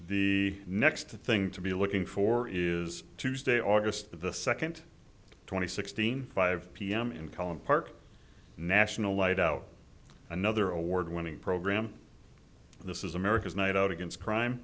the next thing to be looking for is tuesday august the second twenty sixteen five p m in college park national laid out another award winning program and this is america's night out against crime